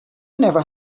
never